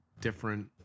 different